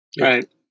Right